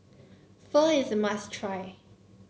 Pho is a must try